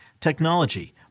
technology